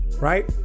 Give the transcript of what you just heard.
right